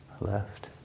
left